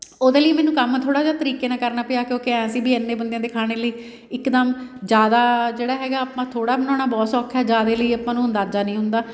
ਉਹਦੇ ਲਈ ਮੈਨੂੰ ਕੰਮ ਥੋੜ੍ਹਾ ਜਿਹਾ ਤਰੀਕੇ ਨਾਲ ਕਰਨਾ ਪਿਆ ਕਿਉਂਕਿ ਐਂ ਸੀ ਵੀ ਐਨੇ ਬੰਦਿਆਂ ਦੇ ਖਾਣੇ ਲਈ ਇਕ ਦਮ ਜ਼ਿਆਦਾ ਜਿਹੜਾ ਹੈਗਾ ਆਪਾਂ ਥੋੜ੍ਹਾ ਬਣਾਉਣਾ ਬਹੁਤ ਸੌਖਾ ਜ਼ਿਆਦਾ ਲਈ ਆਪਾਂ ਨੂੰ ਅੰਦਾਜ਼ਾ ਨਹੀਂ ਹੁੰਦਾ